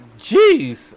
Jeez